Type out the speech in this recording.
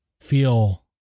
feel